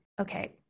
okay